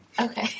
Okay